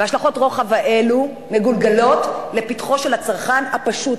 והשלכות הרוחב האלה מגולגלות לפתחו של הצרכן הפשוט,